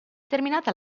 terminata